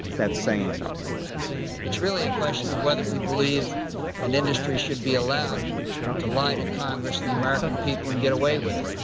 that's saying something it's really a question of whether we believe an industry should be allowed to lie to congress and the american people and get away with it.